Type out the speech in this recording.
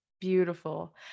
beautiful